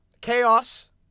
Chaos